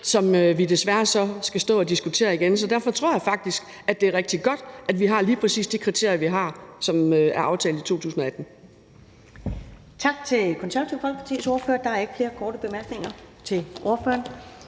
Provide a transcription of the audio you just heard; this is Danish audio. som vi desværre så skal stå og diskutere igen. Derfor tror jeg faktisk, at det er rigtig godt, at vi har lige præcis de kriterier, vi har, og som er aftalt i 2018.